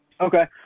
Okay